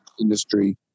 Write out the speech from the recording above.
industry